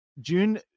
June